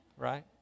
right